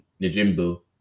Najimbu